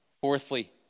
Fourthly